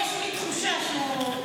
יש לי תחושה שהוא בעניינים.